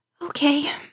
Okay